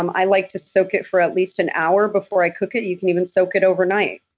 um i like to soak it for at least an hour before i cook it, you can even soak it overnight.